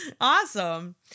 Awesome